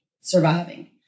surviving